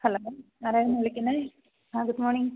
hello ആരായിരുന്നു വിളിക്കുന്നത് ആ ഗുഡ് മോര്ണിംഗ്